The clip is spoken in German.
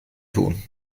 tun